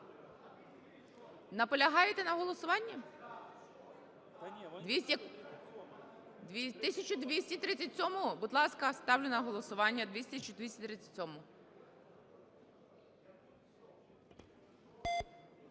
Наполягаєте на голосуванні?